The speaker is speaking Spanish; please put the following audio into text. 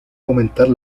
aumentar